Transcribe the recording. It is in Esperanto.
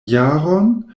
jaron